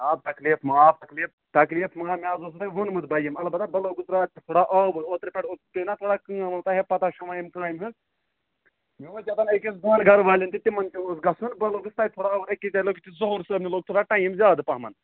آ تکلیٖف معاف تکلیٖف تکلیٖف مگر مےٚ حظ اوسوٕ تۄہہِ ووٚنمُت بہٕ یِمہٕ اَلبتہٕ بہٕ لوٚگُس راتھ تہِ تھوڑا آوُر اوترٕ پٮ۪ٹھ پٮ۪و نا پارکہِ یُن تۅہہِ ہے پتاہ چھُو وۅنۍ امہِ کامہِ ہُنٛد مےٚ اوس دپان أکِس دۄن گرٕ وال۪ن تِمَن تہِ اوس گژھُن بہٕ لوٚگُس تتہِ تھوڑا آوُر أکِس جایہِ لوٚگ ظہوٗر صٲبنہِ لوٚگ تھوڑا ٹایم زیادٕ پہم